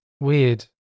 weird